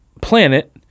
planet